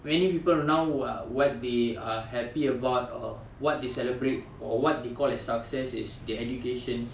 many people now who are what they are happy about or what they celebrate or what they call as success is their education